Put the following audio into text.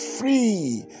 Free